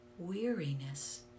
weariness